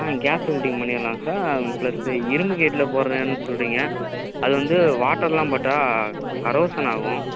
ஆ gas welding பண்ணிடலாம் sir plus இரும்பு கேட்டில் போடுறேன்னு சொல்லுறீங்க அது வந்து வாட்டர் எல்லாம் பட்டா கரோஷன் ஆகும்